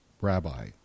rabbi